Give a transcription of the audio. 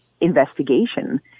investigation